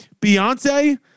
Beyonce